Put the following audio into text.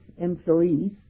employees